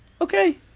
Okay